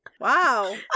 Wow